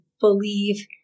believe